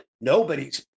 Nobody's